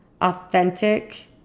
authentic